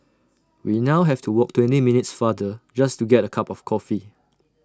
we now have to walk twenty minutes farther just to get A cup of coffee